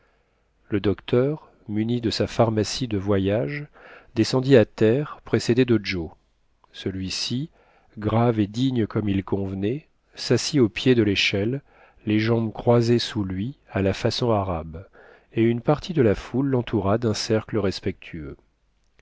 le docteur muni de sa pharmacie de voyage descendit à terre précédé de joe celui-ci grave et digne comme il convenait s'assit au pied de l'échelle les jambes croisées sous lui à la façon arabe et une partie de la foule l'entoura d'un cercle respectueux